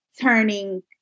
turning